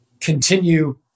continue